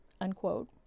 unquote